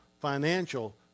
financial